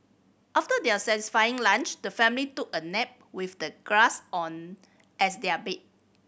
after their satisfying lunch the family took a nap with the grass on as their bed